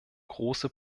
große